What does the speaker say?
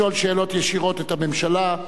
לשאול שאלות ישירות את הממשלה,